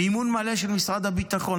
מימון מלא של משרד הביטחון,